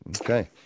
okay